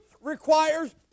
requires